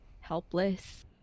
helpless